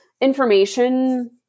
information